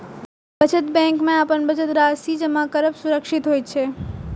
बचत बैंक मे अपन बचत राशि जमा करब सुरक्षित होइ छै